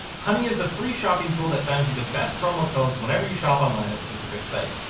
honey is the free shopping tool that finds you the best promo codes whenever you shop online at specific sites.